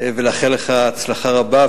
ולאחל לך הצלחה רבה,